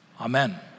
amen